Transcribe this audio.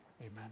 Amen